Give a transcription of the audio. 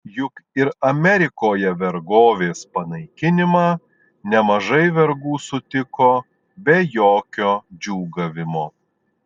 juk ir amerikoje vergovės panaikinimą nemažai vergų sutiko be jokio džiūgavimo